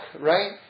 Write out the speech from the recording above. right